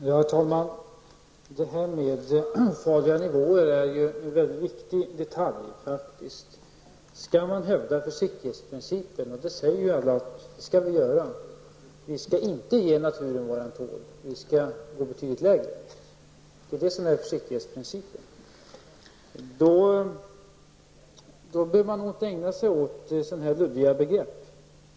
Herr talman! Det här med farliga nivåer är faktiskt en mycket viktig detalj. Om vi skall hävda försiktighetsprincipen, och det säger alla att vi skall göra -- vi skall inte ge naturen vad den tål, utan vi skall ligga på en betydligt lägre nivå, och det är det som är försiktighetsprincipen -- bör vi nog inte ägna oss åt så här luddiga begrepp.